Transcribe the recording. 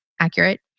accurate